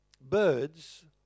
birds